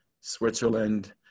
Switzerland